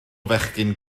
fechgyn